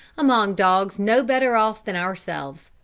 among dogs no better off than ourselves.